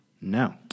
No